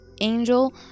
angel